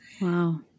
Wow